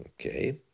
Okay